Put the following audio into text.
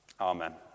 Amen